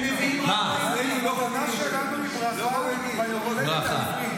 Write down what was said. הם מביאים --- המתנה שלנו היא ברכה ביום ההולדת העברי.